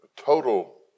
total